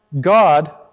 God